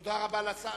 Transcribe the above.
תודה רבה לשר.